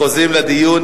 חוזרים לדיון